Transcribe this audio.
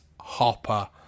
Hopper